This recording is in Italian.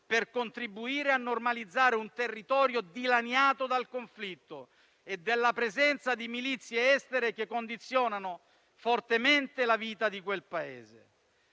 per contribuire a normalizzare un territorio dilaniato dal conflitto e dalla presenza di milizie estere che condizionano fortemente la vita di quel Paese.